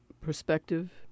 perspective